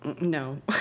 No